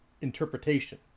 interpretation